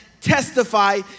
testify